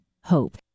hope